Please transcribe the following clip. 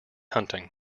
hunting